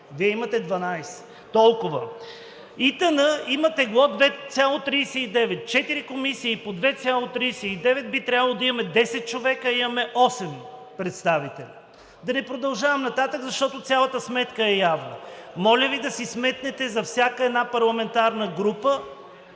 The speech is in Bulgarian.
Вие имате 12. Толкова. ИТН има тегло 2,39. Четири комисии по 2,39 би трябвало да имаме 10 човека, а имаме 8 представители. Да не продължавам нататък, защото цялата сметка е явна. Моля Ви да си сметнете за всяка една парламентарна група.